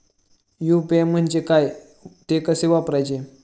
UPI म्हणजे काय, ते कसे वापरायचे?